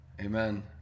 amen